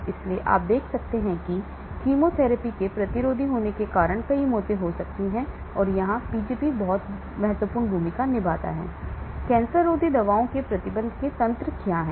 इसलिए आप देख सकते हैं कि कीमोथेरेपी के प्रतिरोधी होने के कारण कई मौतें हो सकती हैं और यहाँ Pgp बहुत महत्वपूर्ण भूमिका निभाता है कैंसर रोधी दवाओं के प्रतिरोध के तंत्र क्या हैं